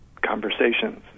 conversations